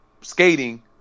skating